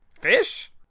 Fish